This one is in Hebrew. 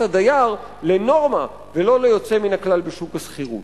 הדייר לנורמה ולא ליוצא מן הכלל בשוק השכירות.